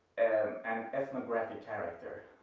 an ethnographic character.